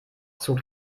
zog